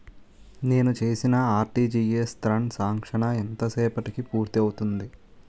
నేను చేసిన RTGS transaction ఎంత సేపటికి పూర్తి అవుతుంది?